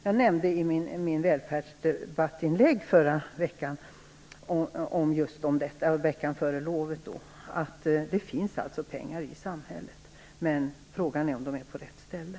Jag nämnde i mitt välfärdsdebattinlägg häromveckan att det finns pengar i samhället - frågan är om de finns på rätt ställe.